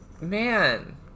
Man